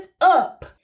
up